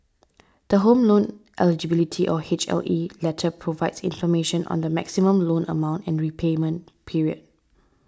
the Home Loan Eligibility or H L E letter provides information on the maximum loan amount and repayment period